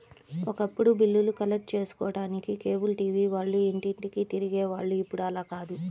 ఒకప్పుడు బిల్లులు కలెక్ట్ చేసుకోడానికి కేబుల్ టీవీ వాళ్ళు ఇంటింటికీ తిరిగే వాళ్ళు ఇప్పుడు అలా కాదు